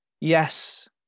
yes